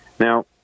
Now